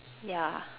yeah